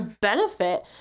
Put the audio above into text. benefit